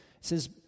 says